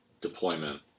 deployment